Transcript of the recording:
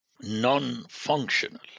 non-functional